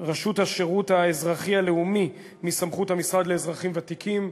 רשות השירות האזרחי הלאומי מסמכות המשרד לאזרחים ותיקים,